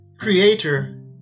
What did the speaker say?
Creator